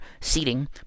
seating